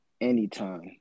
anytime